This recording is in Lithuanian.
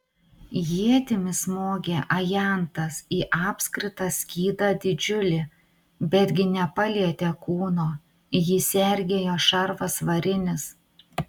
ietimi smogė ajantas į apskritą skydą didžiulį betgi nepalietė kūno jį sergėjo šarvas varinis